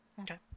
Okay